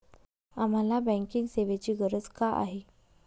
आम्हाला बँकिंग सेवेची गरज का आहे?